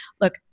Look